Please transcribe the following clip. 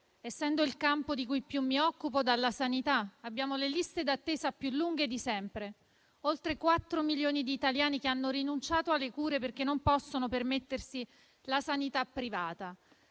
essendo il campo di cui più mi occupo, dalla sanità. Abbiamo le liste d'attesa più lunghe di sempre; oltre 4 milioni di italiani hanno rinunciato alle cure perché non possono permettersi la sanità privata.